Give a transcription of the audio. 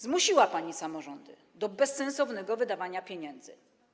Zmusiła pani samorządy do bezsensownego wydawania pieniędzy.